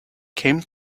came